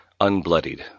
unbloodied